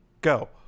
Go